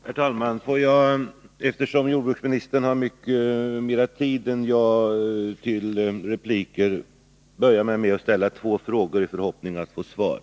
Herr talman! Eftersom jordbruksministern har mycket mera tid än jag till repliker vill jag börja med att ställa två frågor i förhoppning om att få svar.